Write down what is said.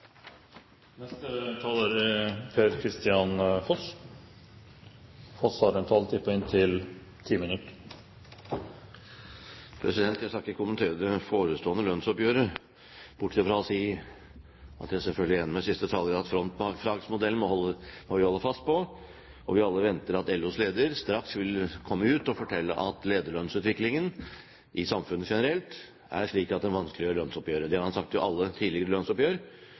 Jeg skal ikke kommentere det forestående lønnsoppgjøret, bortsett fra å si at jeg selvfølgelig er enig med siste taler i at vi må holde fast på frontfagsmodellen, og vi alle venter at LOs leder straks vil komme ut og fortelle at lederlønnsutviklingen i samfunnet generelt er slik at det vanskeliggjør lønnsoppgjøret. Det har han sagt ved alle tidligere lønnsoppgjør,